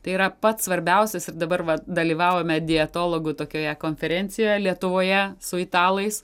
tai yra pats svarbiausias ir dabar vat dalyvavome dietologų tokioje konferencijoje lietuvoje su italais